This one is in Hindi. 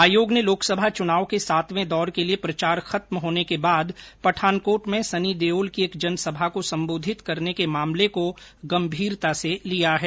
आयोग ने लोकसभा चुनाव के सातवें दौर के लिए प्रचार खत्म होने के बाद पठानकोट में सनी देओल की एक जनसभा को संबोधित करने के मामले को गंभीरता से लिया है